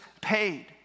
paid